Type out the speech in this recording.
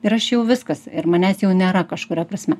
ir aš jau viskas ir manęs jau nėra kažkuria prasme